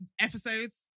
episodes